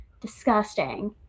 disgusting